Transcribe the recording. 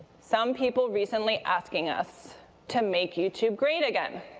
some people recently asking us to make youtube great again.